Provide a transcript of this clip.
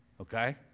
Okay